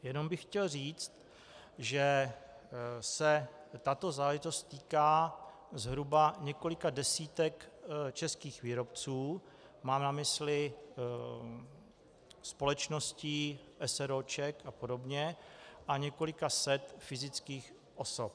Jenom bych chtěl říct, že se tato záležitost týká zhruba několika desítek českých výrobců, mám na mysli společností s. r. o. a podobně, a několika set fyzických osob.